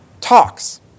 talks